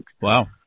Wow